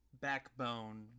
backbone